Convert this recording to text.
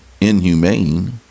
inhumane